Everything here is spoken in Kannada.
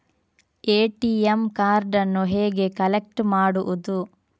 ಎ.ಟಿ.ಎಂ ಕಾರ್ಡನ್ನು ಹೇಗೆ ಕಲೆಕ್ಟ್ ಮಾಡುವುದು?